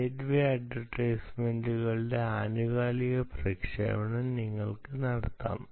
gateway അഡ്വെർടൈസ്മെന്റുകളുടെ ആനുകാലിക പ്രക്ഷേപണം നിങ്ങൾക്ക് നടത്താം